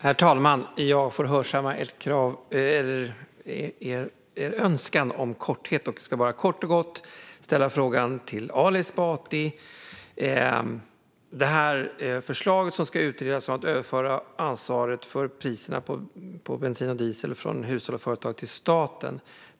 Herr talman! Jag ska hörsamma er önskan om att hålla detta kort. Jag ska kort och gott ställa en fråga till Ali Esbati om förslaget att utreda att överföra ansvaret för priserna på bensin och diesel från hushåll och företag till staten.